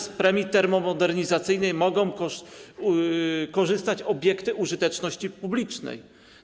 Z premii termomodernizacyjnej mogą także korzystać obiekty użyteczności publicznej.